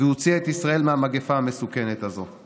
והוציאה את ישראל מהמגפה המסוכנת הזאת.